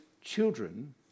Children